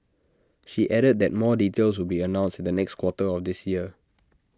she added that more details will be announced in the next quarter of this year